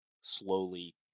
slowly